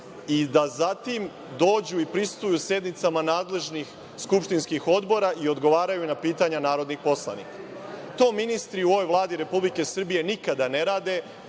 i da zatim dođu i prisustvuju sednicama nadležnih skupštinskih odbora i odgovaraju na pitanja narodnih poslanika. To ministri u ovoj Vladi Republike Srbije nikada ne rade.